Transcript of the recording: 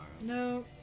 No